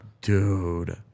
dude